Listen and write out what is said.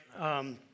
right